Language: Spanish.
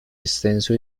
extenso